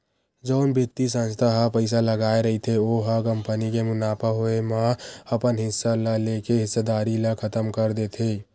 जउन बित्तीय संस्था ह पइसा लगाय रहिथे ओ ह कंपनी के मुनाफा होए म अपन हिस्सा ल लेके हिस्सेदारी ल खतम कर देथे